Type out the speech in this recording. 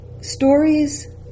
Stories